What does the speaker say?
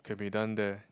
can be done there